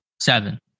seven